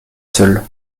seul